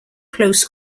close